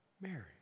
Mary